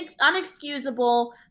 unexcusable